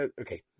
Okay